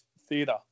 theatre